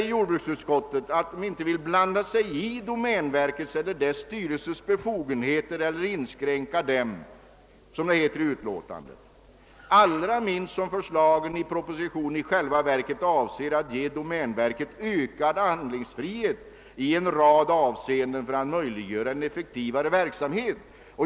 Jordbruksutskottet säger nu att det inte vill blanda sig i domänverkets eller dess styrelses befogenheter eller inskränka dem, som det heter i utlåtandet. Förslagen i propositionen avser ju i själva verket att ge domänverket ökad handlingsfrihet i en rad avseenden för att möjliggöra en effektivare verksamhet.